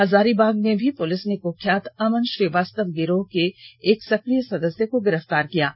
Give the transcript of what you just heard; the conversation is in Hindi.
हजारीबाग में भी पुलिस ने कुख्यात अमन श्रीवास्तव गिरोह के एक सकिय सदस्य को गिरफ़तार किया है